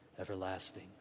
everlasting